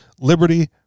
liberty